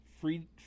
free